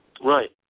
Right